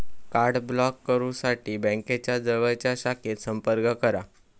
card block करुसाठी बँकेच्या जवळच्या शाखेत संपर्क करा